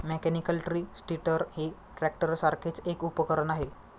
mechanical tree stirrer हे ट्रॅक्टरसारखेच एक उपकरण आहे